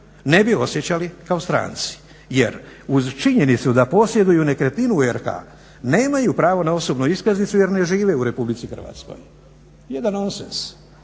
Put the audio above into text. ne bi osjećali kao stranci, jer uz činjenicu da posjeduju nekretninu u RH nemaju pravo na osobnu iskaznicu jer ne žive u Republici Hrvatskoj. Jedan nonsens.